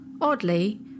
Oddly